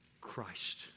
Christ